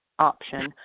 option